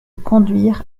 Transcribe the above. conduire